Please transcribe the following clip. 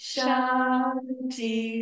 Shanti